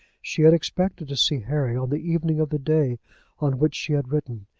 she had expected to see harry on the evening of the day on which she had written,